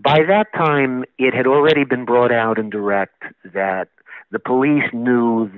by that time it had already been brought out in direct that the police knew